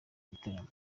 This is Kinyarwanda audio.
gitaramo